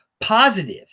positive